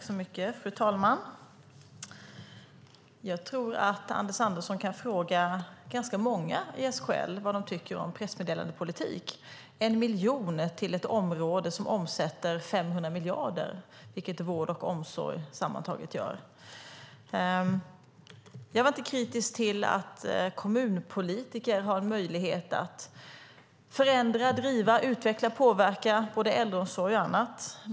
Fru talman! Jag tror att Anders Andersson kan fråga ganska många i SKL om vad de tycker om pressmeddelandepolitik - 1 miljon till ett område som omsätter 500 miljarder, vilket vård och omsorg sammantaget gör. Jag var inte kritisk till att kommunpolitiker har möjlighet att förändra, driva, utveckla och påverka både äldreomsorg och annat.